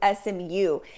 SMU